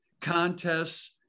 contests